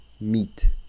Meat